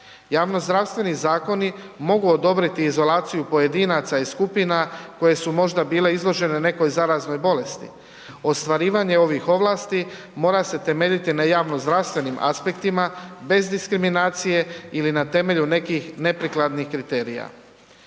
Javnozdravstveni zakoni mogu odobriti izolaciju pojedinaca i skupina koje su možda bile izložene nekoj zaraznoj bolesti, ostvarivanje ovih ovlasti mora se temeljiti na javnozdravstvenim aspektima bez diskriminacije ili na temelju nekih neprikladnih kriterija.